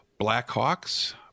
Blackhawks